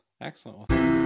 Excellent